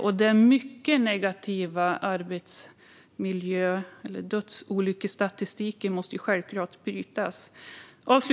Och den mycket negativa dödsolycksstatistiken måste självklart brytas.